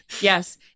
Yes